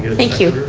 thank you.